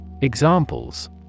Examples